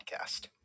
Podcast